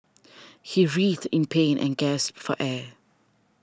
he writhed in pain and gasped for air